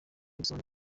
gusaba